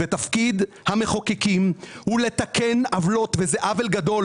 תפקיד המחוקקים הוא לתקן עוולות, וזה עוול גדול.